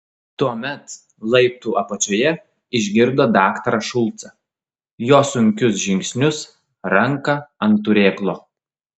tuomet laiptų apačioje išgirdo daktarą šulcą jo sunkius žingsnius ranką ant turėklo